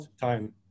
time